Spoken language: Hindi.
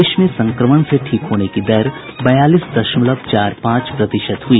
देश में संक्रमण से ठीक होने की दर बयालीस दशमलव चार पांच प्रतिशत हुई